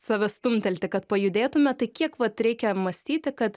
save stumtelti kad pajudėtume tai kiek vat reikia mąstyti kad